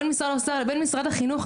בין משרד האוצר למשרד החינוך,